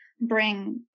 bring